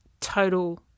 total